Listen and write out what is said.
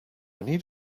need